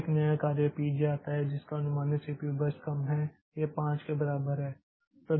अब एक नया कार्य पी जे आता है जिसका अनुमानित सीपीयू बर्स्ट कम है यह 5 के बराबर है